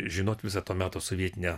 žinot visą to meto sovietinę